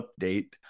update